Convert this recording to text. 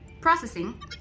Processing